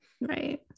Right